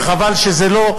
וחבל שזה לא,